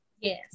Yes